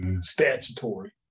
Statutory